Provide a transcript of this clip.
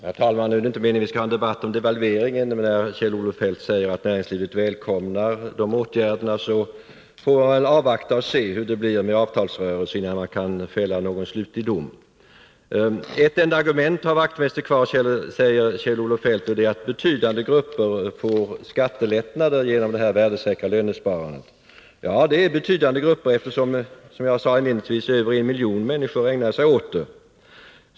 Herr talman! Det är inte meningen att vi skall ha en debatt om devalveringen. Men då Kjell-Olof Feldt säger att näringslivet välkomnar de aktuella åtgärderna, får man väl avvakta och se hur det blir med avtalsrörelsen innan man kan fälla någon slutlig dom. Ett enda argument har Knut Wachtmeister kvar, säger Kjell-Olof Feldt. Det är att betydande grupper får skattelättnader genom det värdesäkra lönesparandet. Ja, det är fråga om betydande grupper. Som jag sade inledningsvis ägnar sig över 1 miljon människor åt det.